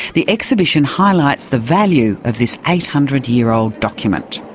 the exhibition highlights the value of this eight hundred year old document.